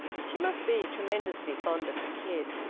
she must be tremendously fond of the kid.